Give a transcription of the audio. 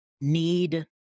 need